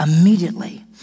immediately